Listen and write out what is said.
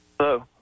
Hello